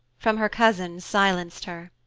from her cousin silenced her.